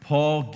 Paul